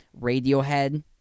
Radiohead